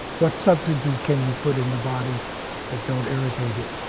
what substances can you put in the body that don't irritate it?